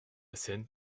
scène